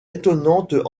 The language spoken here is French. étonnante